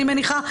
אני מניחה,